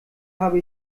habe